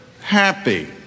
happy